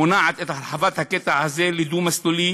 מונעת את הרחבת הקטע הזה לדו-מסלולי,